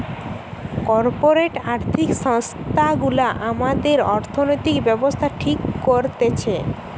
corporate আর্থিক সংস্থা গুলা আমাদের অর্থনৈতিক ব্যাবস্থা ঠিক করতেছে